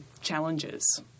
challenges